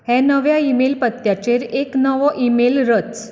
हे नव्या ईमेल पत्त्याचेर एक नवो ईमेल रच